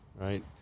right